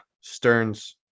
Stearns